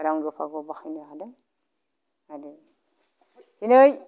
रां रुफाखौ बाहायनो हादों दा बे दिनै